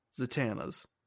Zatanna's